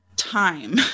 Time